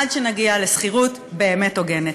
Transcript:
עד שנגיע לשכירות באמת הוגנת.